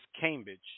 Cambridge